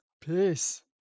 Peace